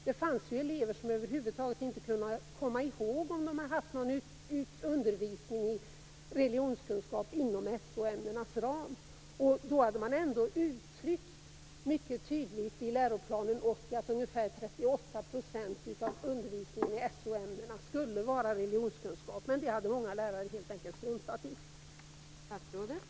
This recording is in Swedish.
Det fanns elever som över huvud taget inte kunde komma ihåg om de fått någon undervisning i religionskunskap inom SO-ämnenas ram. Då hade man ändå uttryckt mycket tydligt i läroplanen 1980 att ungefär 38 % av undervisningen i SO-ämnena skulle vara religionskunskap. Det hade många lärare helt enkelt struntat i.